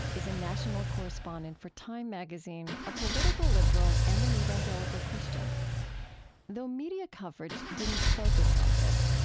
is a national correspondent for time magazine, a political liberal, and an evangelical christian though media coverage didn't focus on this,